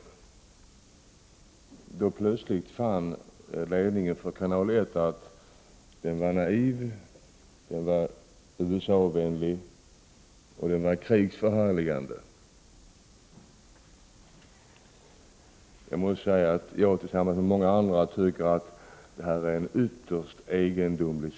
Då fann plötsligt ledningen för kanal 1 att programmet var naivt, USA-vänligt och krigsförhärligande. Jag måste säga att jag och många andra tycker att situationen är ytterst egendomlig.